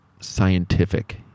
scientific